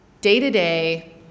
Day-to-day